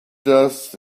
dust